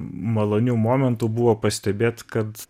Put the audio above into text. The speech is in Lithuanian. malonių momentų buvo pastebėt kad